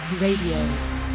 Radio